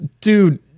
dude